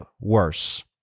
worse